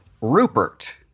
Rupert